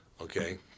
okay